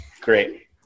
Great